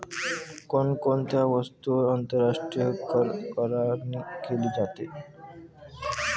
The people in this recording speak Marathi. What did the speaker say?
कोण कोणत्या वस्तूंवर आंतरराष्ट्रीय करआकारणी केली जाते?